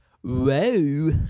Whoa